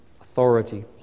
authority